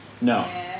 No